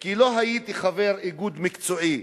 כי לא הייתי חבר איגוד מקצועי.